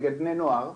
נגד בני נוער,